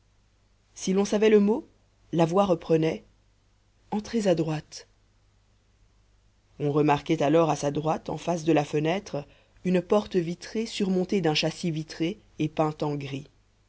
si l'on savait le mot la voix reprenait entrez à droite on remarquait alors à sa droite en face de la fenêtre une porte vitrée surmontée d'un châssis vitré et peinte en gris